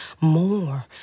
more